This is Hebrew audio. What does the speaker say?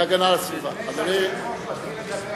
מהצד,